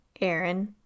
Aaron